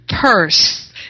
purse